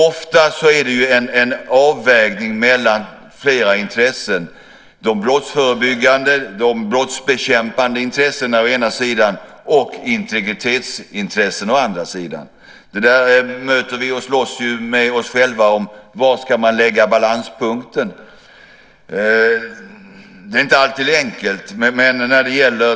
Det är ofta fråga om en avvägning mellan flera intressen: de brottsförebyggande, de brottsbekämpande intressena å ena sidan och integritetsintressena å den andra. Det där möter vi och slåss vi med oss själva om. Var ska man lägga balanspunkten? Det är inte alltid enkelt.